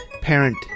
parent